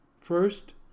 First